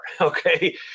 okay